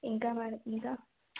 ఇంకా మరి ఇంకా